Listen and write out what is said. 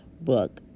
book